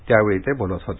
त्यावेळी ते बोलत होते